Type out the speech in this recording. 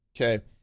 Okay